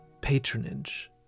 patronage